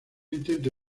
intento